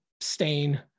stain